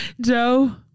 Joe